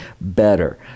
better